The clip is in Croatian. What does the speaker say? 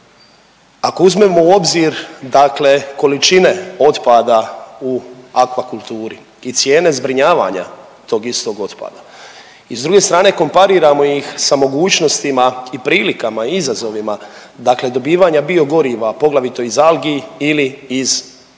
Ako uzmemo u obzir dakle količine otpada u akvakulturi i cijene zbrinjavanja tog istog otpada i s druge strane, kompariramo ih sa mogućnosti i prilikama i izazovima dakle, dobivanja biogoriva, poglavito iz algi ili iz drugih